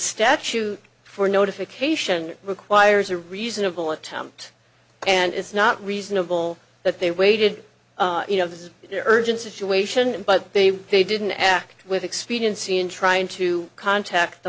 statute for notification requires a reasonable attempt and it's not reasonable that they waited you know this is their urgent situation but they they didn't act with expediency in trying to contact the